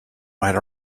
might